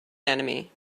anemone